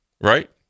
right